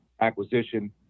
acquisition